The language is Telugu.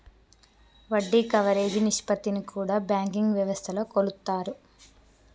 వడ్డీ కవరేజీ నిష్పత్తిని కూడా బ్యాంకింగ్ వ్యవస్థలో కొలుత్తారు